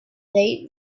they